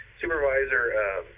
Supervisor